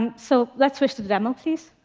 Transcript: um so let's switch to the demo, please.